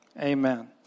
Amen